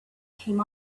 came